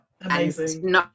amazing